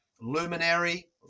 luminary